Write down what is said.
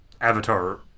Avatar